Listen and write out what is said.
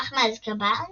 ברח מאזקבאן